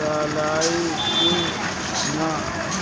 डालाई कि न?